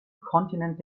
kontinent